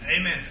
Amen